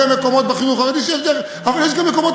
הכוונה, אבל יש מערכת